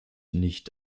nicht